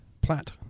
Platt